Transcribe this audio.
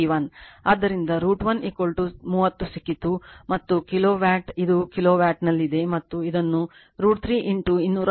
ಆದ್ದರಿಂದ √ 1 30 ಸಿಕ್ಕಿತು ಮತ್ತು ಕಿಲೋವಾಟ್ ಇದು ಕಿಲೋವ್ಯಾಟ್ನಲ್ಲಿದೆ ಮತ್ತು ಇದನ್ನು √ 3 240 ಕಿಲೋವೋಲ್ಟ್ 0